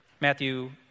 Matthew